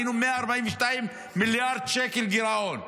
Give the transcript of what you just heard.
היינו ב-142 מיליארד שקל גירעון,